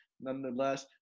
nonetheless